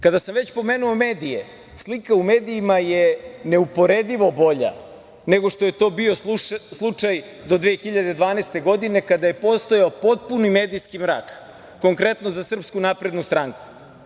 Kada sam već pomenuo medije, slika u medijima je neuporedivo bolja nego što je to bio slučaj do 2012. godine, kada je postojao potpuni medijski mrak, konkretno za SNS.